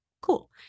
cool